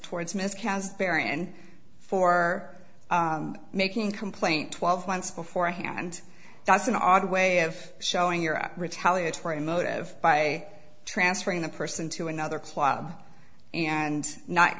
and for making a complaint twelve months beforehand that's an odd way of showing your retaliatory motive by transferring the person to another club and not